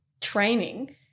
training